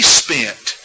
spent